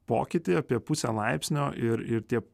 pokytį apie pusę laipsnio ir ir tie